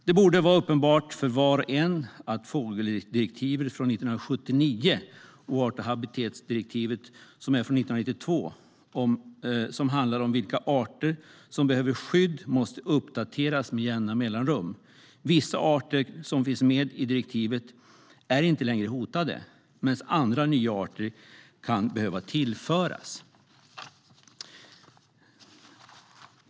Det borde vara uppenbart för var och en att fågeldirektivet från 1979 och art och habitatdirektivet från 1992, som handlar om vilka arter som behöver skydd, måste uppdateras med jämna mellanrum. Vissa arter som finns med i direktivet är inte längre hotade medan andra nya arter kan behöva tillföras.